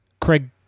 Craig